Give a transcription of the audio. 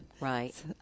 right